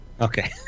Okay